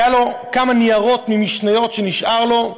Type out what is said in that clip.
היו לו כמה ניירות ממשניות שנשארו לו,